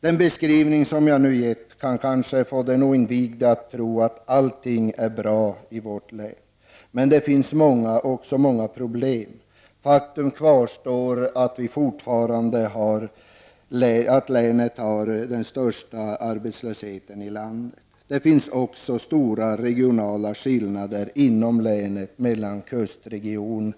Den beskrivning som jag nu gett kan kanske få den oinvigde att tro att allting är bra i vårt län, men det finns många problem. Faktum kvarstår att länet har den största arbetslösheten i landet. Det finns också stora regionala skillnader inom länet mellan arbetslösheten i kustregionen